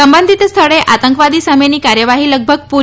સંબંધિત સ્થળે આતંકવાદી સામેની કાર્યવાહી લગભગ પૂરી થઈ છે